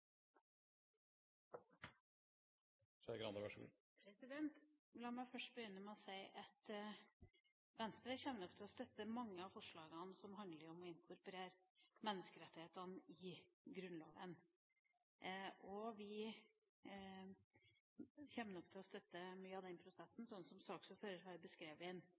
La meg først begynne med å si at Venstre nok kommer til å støtte mange av forslagene som handler om å inkorporere menneskerettighetene i Grunnloven, og vi kommer nok til å støtte mye av den prosessen, slik saksordføreren har beskrevet